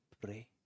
pray